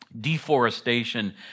Deforestation